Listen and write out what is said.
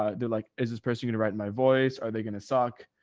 ah they're like, is this person gonna ride my voice? are they going to suck?